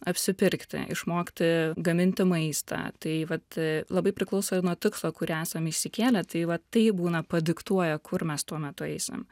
apsipirkti išmokti gaminti maistą tai vat labai priklauso ir nuo tikslo kurį esam išsikėlę tai va tai būna padiktuoja kur mes tuo metu eisim